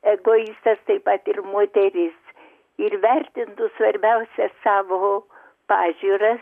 egoistas taip pat ir moteris ir vertintų svarbiausia savo pažiūras